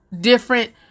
different